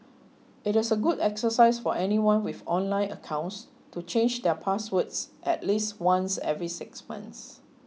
it is a good exercise for anyone with online accounts to change their passwords at least once every six months